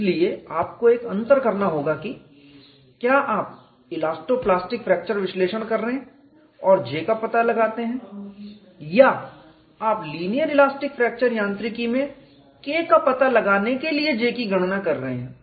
इसलिए आपको एक अंतर करना होगा कि क्या आप इलास्टो प्लास्टिक फ्रैक्चर विश्लेषण कर रहे हैं और J का पता लगाते हैं या आप लीनियर इलास्टिक फ्रैक्चर यांत्रिकी में K का पता लगाने के लिए J की गणना कर रहे हैं